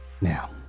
Now